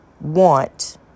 want